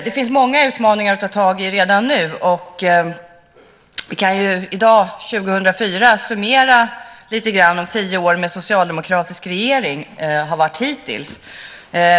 Det finns många utmaningar att ta tag i redan nu, och vi kan i dag, 2004, summera lite grann hur tio år med en socialdemokratisk regering har varit hittills.